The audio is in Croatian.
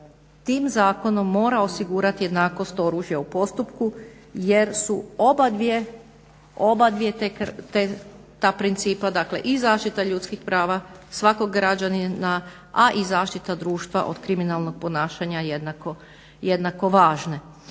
tim zakonom mora osigurati jednakost oružja u postupku jer su oba ta principa, dakle i zaštita ljudskih prava svakog građanina, a i zaštita društva od kriminalnog ponašanja jednako važne.